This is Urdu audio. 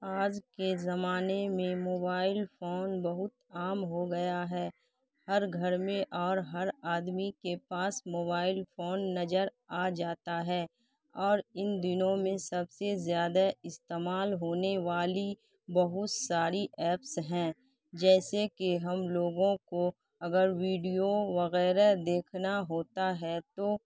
آج کے زمانے میں موبائل فون بہت عام ہو گیا ہے ہر گھر میں اور ہر آدمی کے پاس موبائل فون نظر آ جاتا ہے اور ان دنوں میں سب سے زیادہ استعمال ہونے والی بہت ساری ایپس ہیں جیسے کہ ہم لوگوں کو اگر ویڈیو وغیرہ دیکھنا ہوتا ہے تو